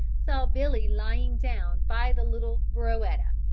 saw billy lying down by the little burroetta.